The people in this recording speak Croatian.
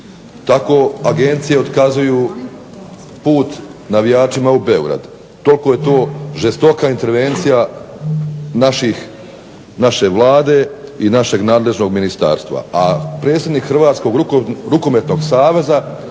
tako agencije otkazuju put navijačima u Beograd, toliko je to žestoka intervencija naše Vlade i našeg nadležnog ministarstva, a predsjednik Hrvatskog rukometnog saveza